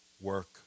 work